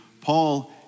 Paul